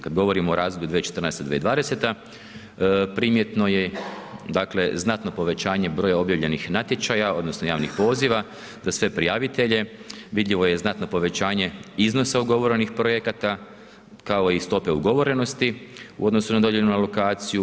Kad govorimo o razdoblju 2014.-2020. primjetno je dakle znatno povećanje broja objavljenih natječaja, odnosno javnih poziva, za sve prijavitelje, vidljivo je znatno povećanje iznosa ugovorenih projekata, kao i stope ugovorenosti u odnosu na dodijeljenu alokaciju.